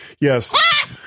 Yes